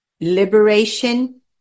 liberation